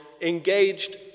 engaged